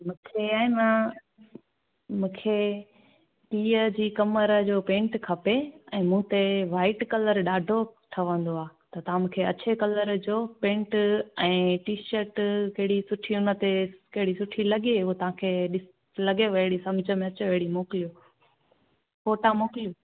मूंखे आहे न मूंखे टीह जी कमर जो पेंट खपे ऐं मूं ते वाइट कलर ॾाढो ठवंदो आहे त तव्हां मूंखे अछे कलर जो पेंट ऐं टीशर्ट कहिड़ी सुठी हुन ते कहिड़ी सुठी लॻे हूअ तव्हांखे लॻेव अहिड़ी सम्झि में अहिड़ी लॻे हूअ मोकिलियो फ़ोटा मोकिलियो